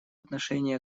отношении